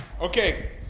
Okay